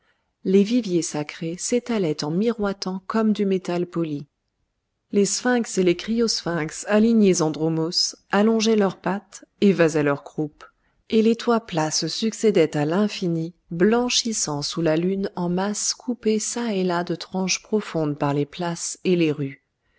les viviers sacrés s'étalaient en miroitant comme du métal poli les sphinx et les criosphinx alignés en dromos allongeaient leurs pattes évasaient leur croupe et les toits plats se succédaient à l'infini blanchissant sous la lune en masses coupées ça et là de tranches profonde par les places et les rues